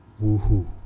woohoo